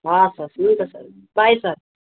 हस् हस् हुन्छ सर बाई सर